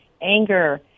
anger